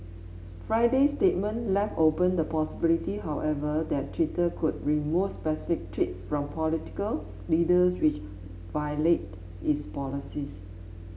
Friday's statement left open the possibility however that Twitter could remove specific tweets from political leaders which violate its policies